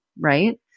Right